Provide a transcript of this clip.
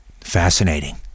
Fascinating